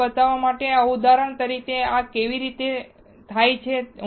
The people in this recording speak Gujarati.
તમને બતાવવા માટેના ઉદાહરણ તરીકે આ કેવી રીતે થાય છે